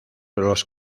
los